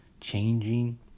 changing